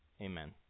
Amen